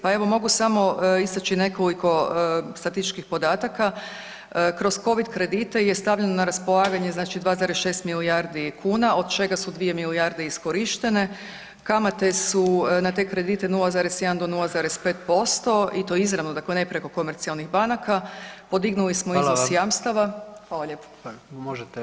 Pa evo mogu samo istaći nekoliko statističkih podataka, kroz covid kredite je stavljeno na raspolaganje 2,6 milijardi kuna od čega su 2 milijarde iskorištene, kamate su na te kredite 0,1 do 0,5% i to izravno dakle ne preko komercijalnih banaka, podignuli smo iznos jamstava [[Upadica Predsjednik: Hvala vam.]] Hvala lijepa.